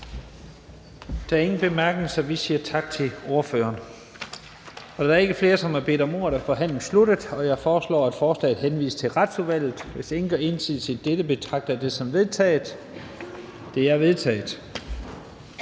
Der er ingen korte bemærkninger, så vi siger tak til ordføreren. Da der ikke er flere, som har bedt om ordet, er forhandlingen sluttet. Jeg foreslår, at forslaget til folketingsbeslutning henvises til Retsudvalget. Hvis ingen gør indsigelse mod dette, betragter jeg dette som vedtaget. Det er vedtaget.